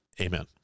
amen